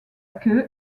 queue